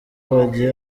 bagiye